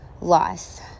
loss